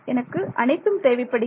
எனக்கு அனைத்தும் தேவைப்படுகிறது